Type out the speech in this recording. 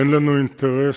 אין לנו אינטרס